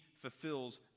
fulfills